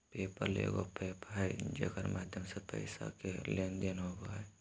पे पल एगो एप्प है जेकर माध्यम से पैसा के लेन देन होवो हय